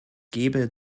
gebe